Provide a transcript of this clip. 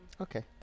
Okay